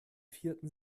vierten